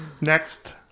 Next